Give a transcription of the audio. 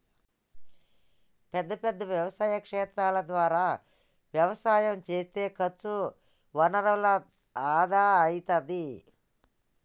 పెద్ద పెద్ద వ్యవసాయ క్షేత్రాల ద్వారా వ్యవసాయం చేస్తే ఖర్చు వనరుల ఆదా అయితది